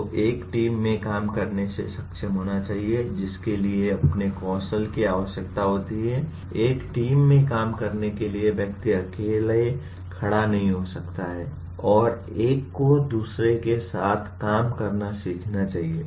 तो एक टीम में काम करने में सक्षम होना चाहिए जिसके लिए अपने कौशल की आवश्यकता होती है एक टीम में काम करने के लिए व्यक्ति अकेले खड़ा नहीं हो सकता है और एक को दूसरों के साथ काम करना सीखना चाहिए